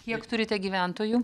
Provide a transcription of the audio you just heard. kiek turite gyventojų